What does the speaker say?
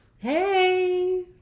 Hey